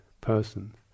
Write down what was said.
person